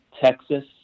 Texas